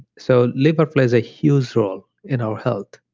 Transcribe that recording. so liver plays a huge role in our health.